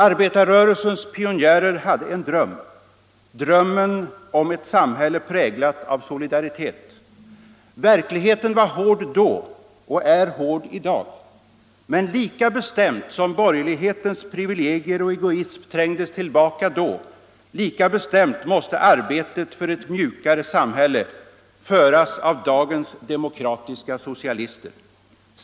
Arbetarrörelsens pionjärer hade en dröm, drömmen om ett samhälle präglat av solidaritet. Verkligheten var hård då och är hård i dag. Men lika bestämt som borgerlighetens privilegier och egoism trängdes tillbaka då, lika bestämt måste arbetet för ”ett mjukare samhälle” föras av dagens demokratiska socialister.